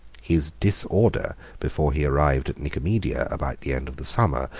his disorder, before he arrived at nicomedia, about the end of the summer,